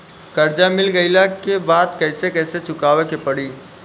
कर्जा मिल गईला के बाद कैसे कैसे चुकावे के पड़ी?